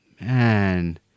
Man